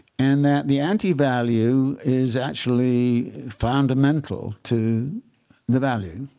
and that the anti-value is actually fundamental to the value,